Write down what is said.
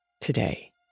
today